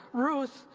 ruth,